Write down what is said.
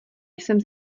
jsem